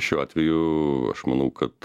šiuo atveju aš manau kad